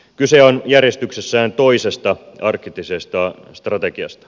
kyse on järjestyksessään toisesta arktisesta strategiasta